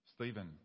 Stephen